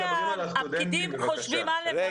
חדש שהפקידים חושבים א' ---?